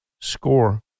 Score